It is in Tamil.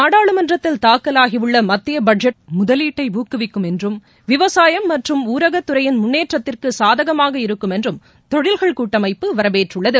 நாடாளுமன்றத்தில் தாக்காலாகியுள்ள மத்திய பட்ஜெட் முதலீட்டை ஊக்குவிக்கும் என்றும் விவசாயம் மற்றும் ஊரகத்துறையின் முன்னேற்றத்திற்கு சாதகமாக இருக்கும் என்றும் தொழில்கள் கூட்டமைப்பு வரவேற்றுள்ளது